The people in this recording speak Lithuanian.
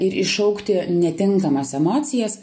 ir iššaukti netinkamas emocijas